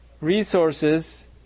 Resources